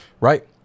Right